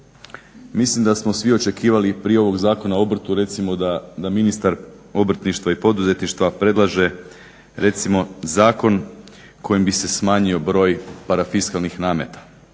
Mislim da smo svi očekivali prije ovog Zakona o obrtu recimo da ministar obrtništva i poduzetništva predlaže recimo zakon kojim bi se smanjio broj parafiskalnih nameta